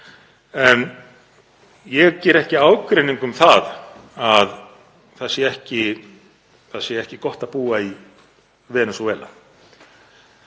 En ég geri ekki ágreining um að það sé ekki gott að búa í Venesúela.